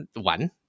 one